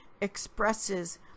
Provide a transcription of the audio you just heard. expresses